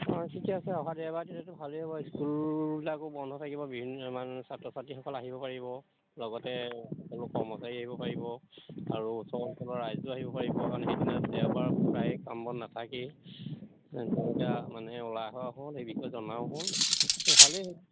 অঁ ঠিকে আছে অহা দেওবাৰে তেতিয়াতো ভালেই হ'ব স্কুলবিলাকো বন্ধ থাকিব বিভিন্ন মানে ছাত্ৰ ছাত্ৰীসকল আহিব পাৰিব লগতে সকলো কৰ্মচাৰী আহিব পাৰিব আৰু ওচৰ অঞ্চলৰ ৰাইজো আহিব পাৰিব কাৰণ সেইদিনা দেওবাৰ প্ৰায়ে কাম বন নাথাকেই তেনেকৈ মানে ওলাই অহাও হ'ল সেই বিষয়ে জনাও হ'ল ভালেই হ'ব